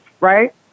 right